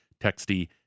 texty